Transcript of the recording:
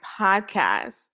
podcast